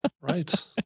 Right